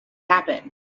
happened